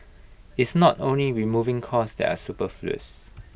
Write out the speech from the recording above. it's not only removing costs that are superfluous